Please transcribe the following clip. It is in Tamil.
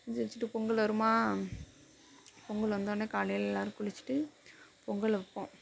செஞ்சு வச்சிட்டு பொங்கல் வருமா பொங்கல் வந்தோடன்ன காலையில் எல்லாரும் குளிச்சிட்டு பொங்கல் வைப்போம்